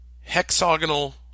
hexagonal